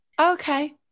Okay